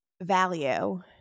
value